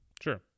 Sure